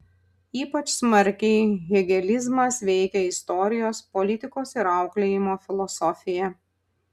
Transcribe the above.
ypač smarkiai hegelizmas veikia istorijos politikos ir auklėjimo filosofiją